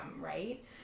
right